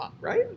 right